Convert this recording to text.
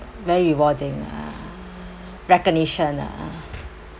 very rewarding ah recognition ah